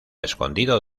escondido